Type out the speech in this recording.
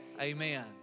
amen